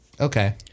Okay